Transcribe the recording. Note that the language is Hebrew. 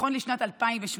נכון לשנת 2018,